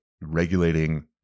regulating